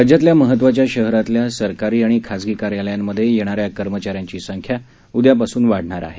राज्यातल्या महत्त्वाच्या शहरातल्या सरकारी आणि खासगी कार्यालयांमध्ये येणाऱ्या कर्मचाऱ्यांची संख्या उद्यापासून वाढणार आहे